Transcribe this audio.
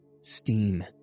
steam